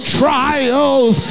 trials